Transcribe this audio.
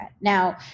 Now